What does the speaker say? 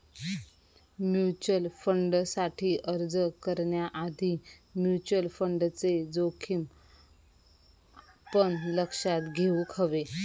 mutual फंडसाठी अर्ज करण्याआधी म्युचल फंडचे जोखमी पण लक्षात घेउक हवे